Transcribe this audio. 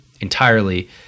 entirely